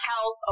health